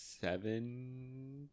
Seven